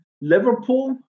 Liverpool